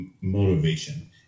motivation